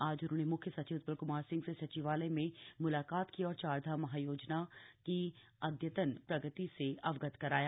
आज उन्होंने म्ख्य सचिव उत्पल क्मार सिंह से सचिवालय में म्लाकात की और चारधाम महायोजना की अद्यतन प्रगति से अवगत कराया